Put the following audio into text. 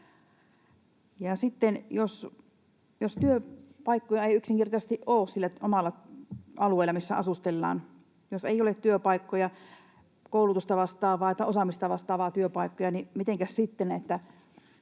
jos työpaikkoja ei yksinkertaisesti ole, jos sillä omalla alueella, missä asustellaan, ei ole työpaikkoja, koulutusta vastaavaa tai osaamista vastaavaa työpaikkaa, niin mitenkäs sitten